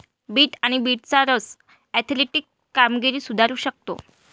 bit आणि बीटचा रस ऍथलेटिक कामगिरी सुधारू शकतो